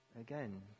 again